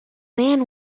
man